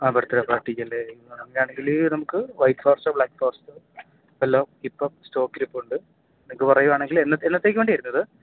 ആ birthday പാർട്ടിക്കല്ലേ അങ്ങനെയാണെങ്കിൽ നമുക്ക് വൈറ്റ് ഫോറസ്റ്റോ ബ്ലാക്ക് ഫോറസ്റ്റോ എല്ലാം ഇപ്പം സ്റ്റോക്കിരിപ്പുണ്ട് നിങ്ങൾക്ക് പറയുകയാണെങ്കിലെന്ന എന്നത്തേക്ക് വേണ്ടിയായിരുന്നത്